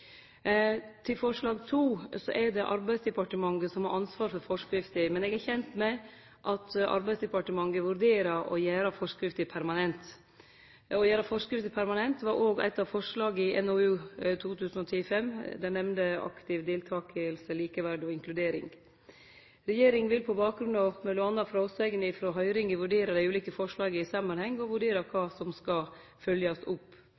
til Stortinget så raskt som det er mogleg ut frå dei prosessane som må gjerast i slike saker. Når det gjeld forslag II, er det Arbeidsdepartementet som har ansvaret for forskrifta, men eg er kjend med at Arbeidsdepartementet vurderer å gjere forskrifta permanent. Å gjere forskrifta permanent var også eit av forslaga i NOU 2010:5, Aktiv deltakelse, likeverd og inkludering. Regjeringa vil på bakgrunn av m.a. fråsegner frå høyringa vurdere dei ulike forslaga i samanheng, og